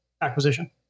acquisition